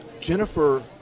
jennifer